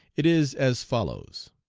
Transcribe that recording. it is as follows